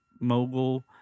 mogul